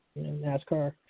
NASCAR